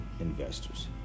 investors